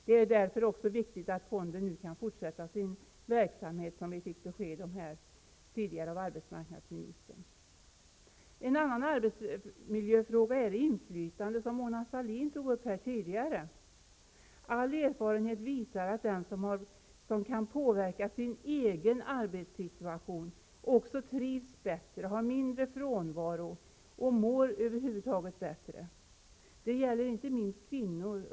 Det är därför också viktigt att fonden kan fortsätta sin verksamhet, vilket vi fick besked om tidigare av arbetsmarknadsministern. En annan arbetsmiljöfråga är det inflytande som Mona Sahlin tog upp tidigare. All erfarenhet visar att den som kan påverka sin egen arbetssituation också trivs bättre, har mindre frånvaro och över huvud taget mår bättre. Det gäller inte minst kvinnor.